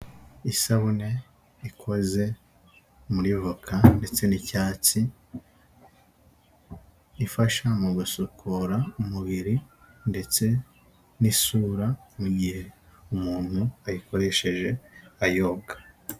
Isabune ikoze muri voka ndetse n'icyatsi, ifasha mu gusukura umubiri ndetse n'isura mu gihe umuntu ayikoresheje ayobga.